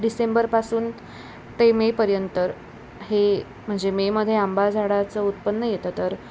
डिसेंबरपासून ते मेपर्यंत हे म्हणजे मेमध्ये आंबा झाडाचं उत्पन्न येतं तर